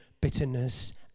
bitterness